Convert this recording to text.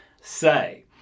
say